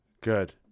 Good